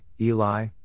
Eli